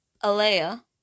Alea